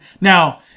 Now